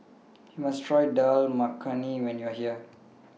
YOU must Try Dal Makhani when YOU Are here